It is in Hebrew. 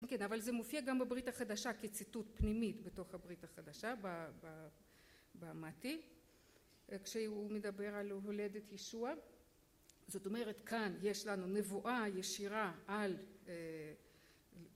כן, אבל זה מופיע גם בברית החדשה כציטוט פנימי בתוך הברית החדשה במעתיק, כשהוא מדבר על הולדת ישוע, זאת אומרת כאן, יש לנו נבואה ישירה על